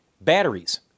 batteries